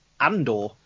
Andor